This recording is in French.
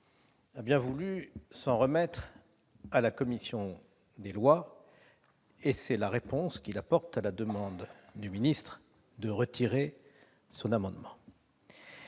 a bien voulu s'en remettre à la commission des lois : c'est la réponse qu'il apporte à la demande de M. le ministre d'État de retrait de son amendement.